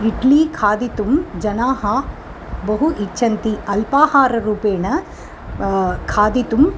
इड्ली खादितुं जनाः बहु इच्छन्ति अल्पाहाररूपेण खादितुम्